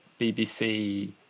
BBC